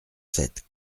sept